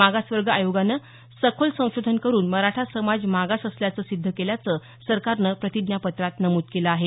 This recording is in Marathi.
मागासवर्ग आयोगाने सखोल संशोधन करुन मराठा समाज मागास असल्याचं सिद्ध केल्याचं सरकारनं प्रतिज्ञापत्रात नमूद केलं आहे